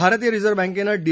भारतीय रिझर्व्ह बँकेनं डी